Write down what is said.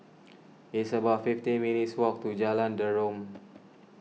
it's about fifteen minutes' walk to Jalan Derum